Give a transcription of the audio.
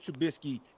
Trubisky